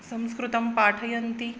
संस्कृतं पाठयन्ति